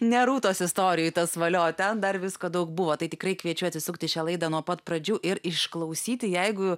ne rūtos istorijoj tas valio ten dar visko daug buvo tai tikrai kviečiu atsisukti šią laidą nuo pat pradžių ir išklausyti jeigu